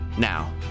Now